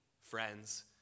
friends